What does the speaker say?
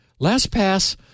LastPass